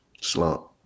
Slump